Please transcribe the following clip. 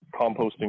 composting